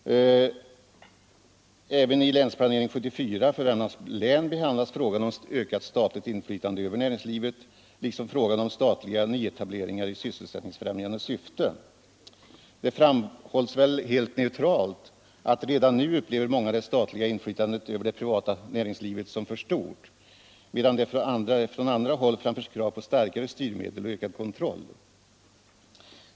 Även i Länsplanering 1974 för Värmlands län behandlas frågan om ökat statligt inflytande över näringslivet liksom frågan om statliga nyetableringar i sysselsättningsfrämjande syfte. Det framhålls helt neutralt att redan nu upplever många det siatliga inflytandet över det privata näringslivet som för stort, medan det från andra håll framförs krav på starkare styrmedel och ökad kontroll.